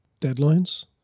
deadlines